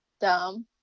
dumb